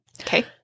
Okay